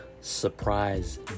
surprise